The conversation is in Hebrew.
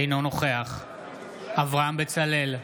אינו נוכח אברהם בצלאל,